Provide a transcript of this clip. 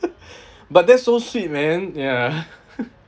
but that's so sweet man ya